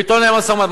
ואתו ננהל משא-ומתן,